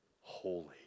holy